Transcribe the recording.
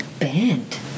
Banned